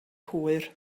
hwyr